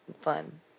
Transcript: fun